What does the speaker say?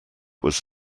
was